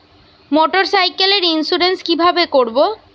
মোটরসাইকেলের ইন্সুরেন্স কিভাবে করব?